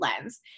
lens